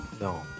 no